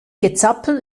gezappel